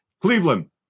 Cleveland